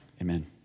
Amen